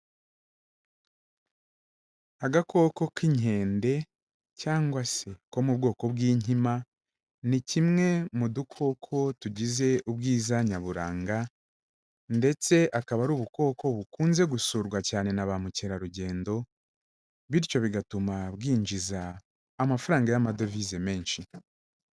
Agakoko k'inkende, cyangwa se ko mu bwoko bw'inkima, ni kimwe mu dukoko tugize ubwiza nyaburanga, ndetse akaba ari ubukoko bukunze gusurwa cyane na ba mukerarugendo, bityo bigatuma bwinjiza amafaranga y'amadovize menshi.